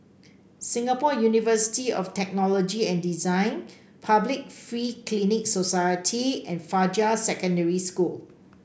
Singapore University of Technology and Design Public Free Clinic Society and Fajar Secondary School